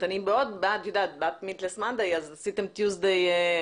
אני בעד meatless Monday, אז עשיתם Tuesday.